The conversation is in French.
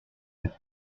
sept